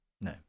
No